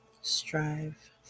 Strive